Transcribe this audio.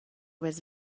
was